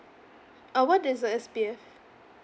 uh what is the S_B_F